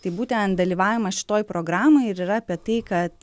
tai būtent dalyvavimas šitoj programoj ir yra apie tai kad